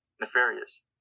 nefarious